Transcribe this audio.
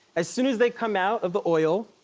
as soon as they come out of the oil,